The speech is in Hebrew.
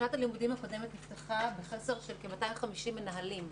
שנת הלימודים הקודמת נפתחה בחסרשלכ-250 מנהלים.